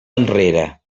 enrere